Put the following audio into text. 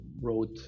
wrote